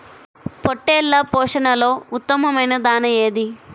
పొట్టెళ్ల పోషణలో ఉత్తమమైన దాణా ఏది?